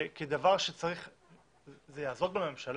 כדבר שיעזור בממשלה.